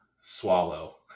swallow